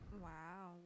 Wow